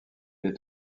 est